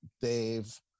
Dave